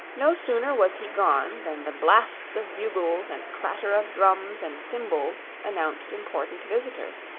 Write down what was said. no sooner was he gone than the blasts of bugles and clatter of drums and cymbals announced important visitors,